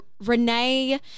Renee